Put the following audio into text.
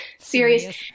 serious